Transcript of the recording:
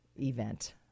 event